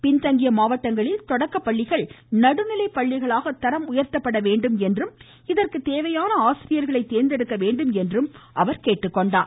பின்தங்கிய மாவட்டஙகளில் தொடக்கப்பள்ளிகள் நடுநிலை பள்ளிகளாக தரம் உயர்த்தப்பட வேண்டும் என்றும் இதற்கு தேவையான ஆசிரியர்களை தேர்ந்தெடுக்க வேண்டும் என்றும் அவர் கேட்டுக்கொண்டார்